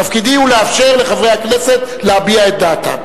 תפקידי הוא לאפשר לחברי הכנסת להביע את דעתם.